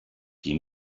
qui